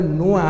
no